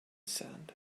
sand